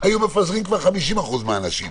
היו מפזרים כבר 50% מהאנשים.